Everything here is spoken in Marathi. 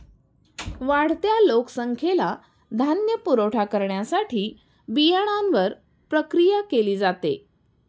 वाढत्या लोकसंख्येला धान्य पुरवठा करण्यासाठी बियाण्यांवर प्रक्रिया केली जाते